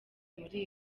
muri